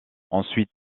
ensuite